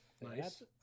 Nice